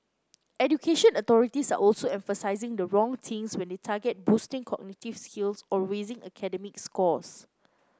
education authorities are also emphasising the wrong things when they target boosting cognitive skills or raising academic scores